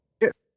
Yes